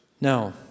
Now